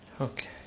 Okay